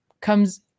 Comes